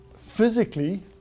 physically